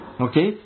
okay